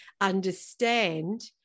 understand